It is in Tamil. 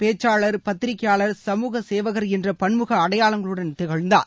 பேச்சாளர் பத்திரிகையாளர் சமூக சேவகர் என்ற பன்முக அடையாளங்களுடன் திகழ்ந்தார்